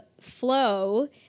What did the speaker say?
flow